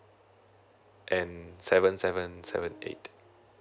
and seven seven seven eight